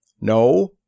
no